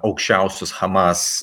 aukščiausius hamas